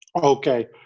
Okay